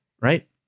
right